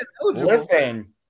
Listen